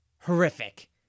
horrific